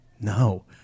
No